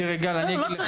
אני אתן